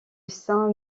saint